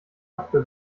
apfel